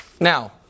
Now